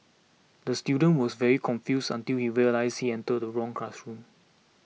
the student was very confused until he realised he entered the wrong classroom